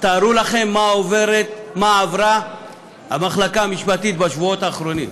אז תארו לכם מה עברה המחלקה המשפטית בשבועות האחרונים,